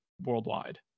worldwide